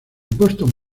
boston